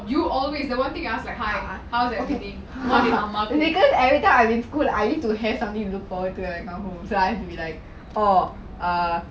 ah okay because every time I'm in school I need to have something to look forward to when I come home so I have to be like oh ah